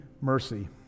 mercy